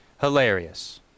hilarious